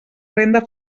renda